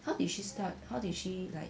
how did she start how did she like